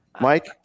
Mike